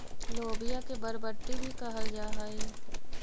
लोबिया के बरबट्टी भी कहल जा हई